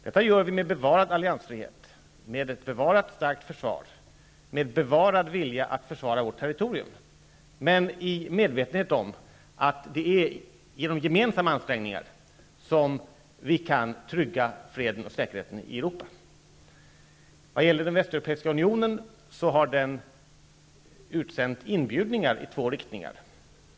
Detta gör vi med bevarad alliansfrihet, med ett bevarat starkt försvar och med bevarad vilja att försvara vårt territorium, men i medvetenhet om att det är genom gemensamma ansträngningar som vi kan trygga freden och säkerheten i Europa. När det gäller Västeuropeiska unionen, har den sänt ut inbjudningar i två riktningar.